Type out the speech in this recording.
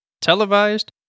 Televised